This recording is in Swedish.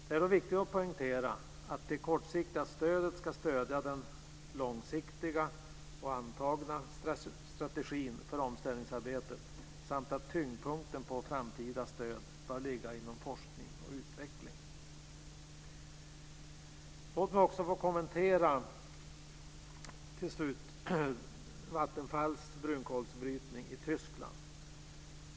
Det är dock viktigt att poängtera att det kortsiktiga stödet ska stödja den långsiktiga och antagna strategin för omställningsarbetet samt att tyngdpunkten på framtida stöd bör ligga inom forskning och utveckling. Låt mig också till slut få kommentera Vattenfalls brunkolsbrytning i Tyskland.